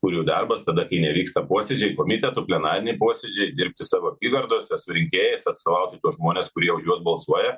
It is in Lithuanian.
kurių darbas tada kai nevyksta posėdžiai komitetų plenariniai posėdžiai dirbti savo apygardose surinkėjai sociologai kur žmonės kurie už juos balsuoja